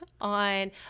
on